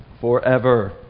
Forever